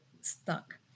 stuck